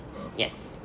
yes